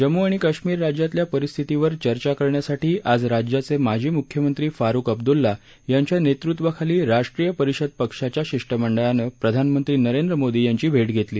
जम्मू आणि काश्मीर राज्यातल्या परिस्थितीवर चर्चा करण्यासाठी आज राज्याचे माजी म्ख्यमंत्री फारुख अब्द्लला यांच्या नेतृत्वाखाली राष्ट्रीय परिषद पक्षाच्या शिष्टमंडळानं प्रधानमंत्री नरेंद्र मोदी यांची भेट घेतली